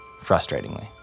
frustratingly